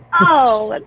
oh,